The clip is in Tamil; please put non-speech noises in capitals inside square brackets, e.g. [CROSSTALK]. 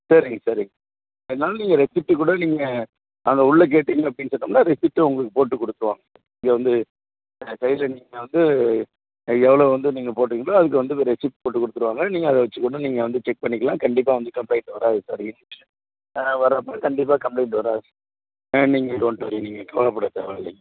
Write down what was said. சரிங்க சரிங்க வேண்ணாலும் நீங்கள் ரெசிப்ட்டு கூட நீங்கள் அங்கே உள்ளே கேட்டீங்க அப்படீன்னு சொன்னோம்னா ரெசிப்ட்டு உங்களுக்கு போட்டு கொடுத்துருவாங்க நீங்கள் வந்து [UNINTELLIGIBLE] நீங்க ள் வந்து எவ்ளோ வந்து நீங்கள் போட்டீங்களோ அதுக்கு வந்து ரெசிப்ட்டு போட்டு கொடுத்துருவாங்க நீங்கள் அதிய வைச்சுக்கொண்டு நீங்கள் வந்து செக் பண்ணிக்கலாம் கண்டிப்பாக வந்து கம்ப்ளைண்ட் வராது சார் வராது கண்டிப்பாக கம்ப்ளைண்ட் வராது ஆ நீங்கள் டோண்ட் ஒரி நீங்கள் கவலைப்பட தேவையில்லிங்க